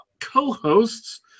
Co-hosts